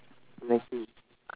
nineteen